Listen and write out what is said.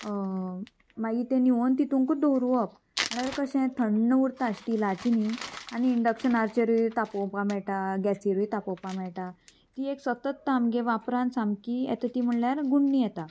मागीर ते निवोन तितूंकूत दवरुवप म्हळ्यार कशें थंड उरता स्टिलाची न्ही आनी इंडक्शनाचेरूय तापोवपा मेळटा गॅसीरूय तापोवपा मेळटा ती एक सतत आमगे वापरांत सामकी येत ती म्हणल्यार गुण्णी येता